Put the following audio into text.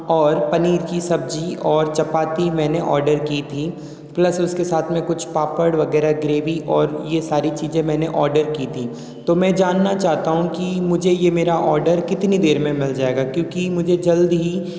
और पनीर की सब्जी और चपाती मैंने आर्डर की थी प्लस उसके साथ में कुछ पापड़ वगैरह और ग्रेवी और ये सारी चीज़ें मैंने आर्डर की थी तो मैं जानना चाहता हूँ कि मुझे ये मेरा आर्डर कितनी देर में मिल जायेगा क्योंकि मुझे जल्द ही